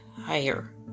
higher